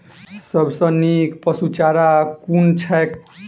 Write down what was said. सबसँ नीक पशुचारा कुन छैक?